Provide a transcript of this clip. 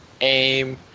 aim